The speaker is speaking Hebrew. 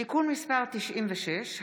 (תיקון מס' 96),